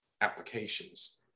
applications